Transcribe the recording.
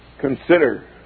Consider